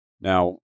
Now